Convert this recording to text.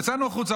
יצאנו החוצה,